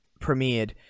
premiered